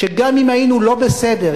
שגם אם היינו לא בסדר,